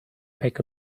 peck